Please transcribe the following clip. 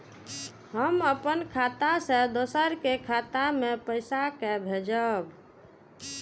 हम अपन खाता से दोसर के खाता मे पैसा के भेजब?